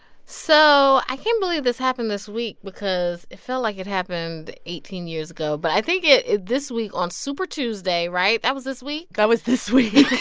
so i can't believe this happened this week because it felt like it happened eighteen years ago, but i think it it this week on super tuesday right? that was this week? that was this week it